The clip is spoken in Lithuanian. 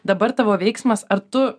dabar tavo veiksmas ar tu